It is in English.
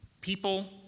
People